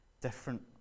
different